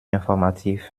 informativ